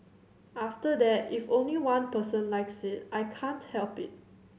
after that if only one person likes it I can't help it